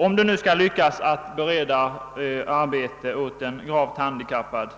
Om det nu skall lyckas att bereda arbete åt en gravt handikappad